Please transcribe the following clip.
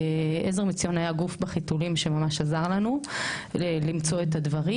ועזר מציון היה גוף בחיתולים שממש עזר לנו למצוא את הדברים,